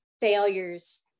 failures